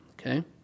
okay